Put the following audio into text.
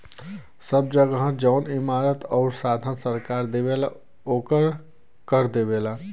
सब जगह जौन इमारत आउर साधन सरकार देवला ओकर कर लेवला